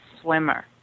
swimmer